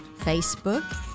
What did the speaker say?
Facebook